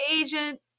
agent